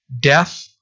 death